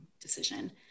decision